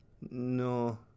No